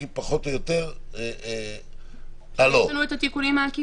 כי פחות או יותר --- יש לנו את התיקונים העקיפים,